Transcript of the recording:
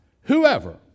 Whoever